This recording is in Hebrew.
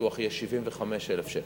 הפיתוח יהיה 75,000 שקל.